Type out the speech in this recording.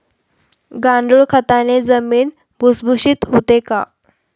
गांडूळ खताने जमीन भुसभुशीत होते का?